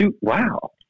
Wow